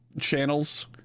channels